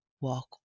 walk